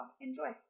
enjoy